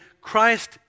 Christ